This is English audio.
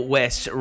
West